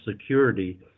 security